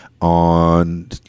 on